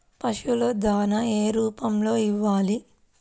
పశువుల దాణా ఏ రూపంలో ఇవ్వాలి?